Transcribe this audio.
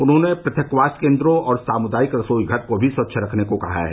उन्होंने पृथकवास केन्द्रों और सामुदायिक रसोई घर को भी स्वच्छ रखने को कहा है